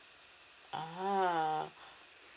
ah